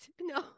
No